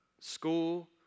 school